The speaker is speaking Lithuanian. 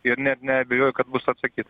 ir net neabejoju kad bus atsakyta